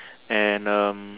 and um